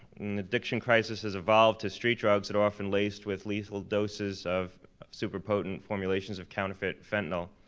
addiction crisis has evolved to street drugs that are often laced with lethal doses of super-potent formulations of counterfeit fentanyl.